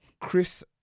Chris